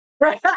Right